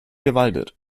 bewaldet